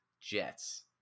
Jets